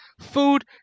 food